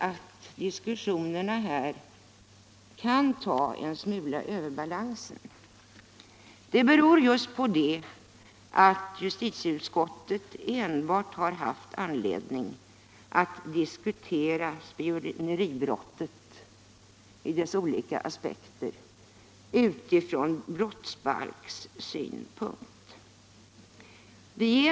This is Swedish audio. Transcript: Att diskussionerna här måhända kan ta överbalansen en smula beror just på att justitieutskottet enbart har haft anledning att diskutera spioneribrottet i dess olika aspekter utifrån brottsbalkssynpunkt.